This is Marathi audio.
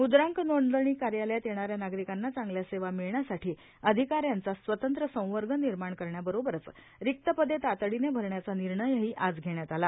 मुद्रांक नोंदणी कार्यालयात येणाऱ्या नागरिकांना चांगल्या सेवा मिळण्यासाठी अधिकाऱ्यांचा स्वतंत्र संवर्ग निर्माण करण्याबरोबरच रिक्त पदे तातडीने भरण्याचा निर्णयही आज घेण्यात आला